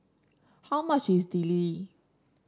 how much is Idili